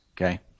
Okay